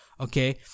Okay